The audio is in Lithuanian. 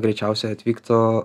greičiausiai atvyktų